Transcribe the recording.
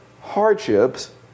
hardships